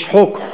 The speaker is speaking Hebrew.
יש חוק.